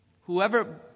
Whoever